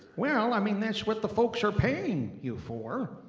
well, i mean that's what the folks are paying you for.